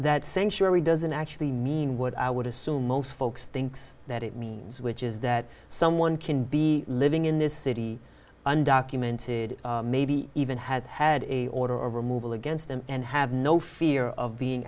that sanctuary doesn't actually mean what i would assume most folks thinks that it means which is that someone can be living in this city undocumented maybe even has had a order or removal against them and have no fear of being